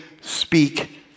speak